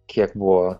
kiek buvo